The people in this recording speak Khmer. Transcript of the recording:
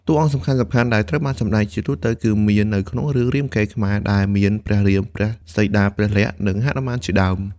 តួអង្គសំខាន់ៗដែលត្រូវបានសម្ដែងជាទូទៅគឺមាននៅក្នុងរឿងរាមកេរ្តិ៍ខ្មែរ ដែលមានព្រះរាម នាងសីតា ព្រះលក្សណ៍ និងហនុមានជាដើម។